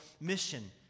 mission